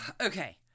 Okay